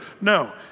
No